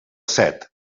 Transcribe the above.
set